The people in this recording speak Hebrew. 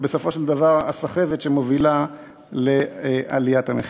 ובסופו של דבר הסחבת מובילה לעליית המחירים.